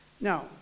Now